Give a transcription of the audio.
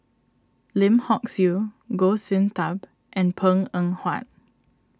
Lim Hock Siew Goh Sin Tub and Png Eng Huat